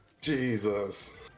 jesus